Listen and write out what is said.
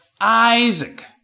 Isaac